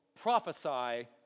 prophesy